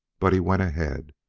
but he went ahead,